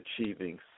achieving